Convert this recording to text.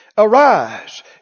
Arise